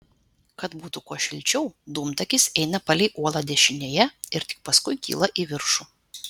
kad būtų kuo šilčiau dūmtakis eina palei uolą dešinėje ir tik paskui kyla į viršų